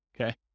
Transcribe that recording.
okay